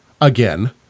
again